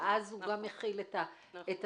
ואז הוא גם מכיל את השריפות.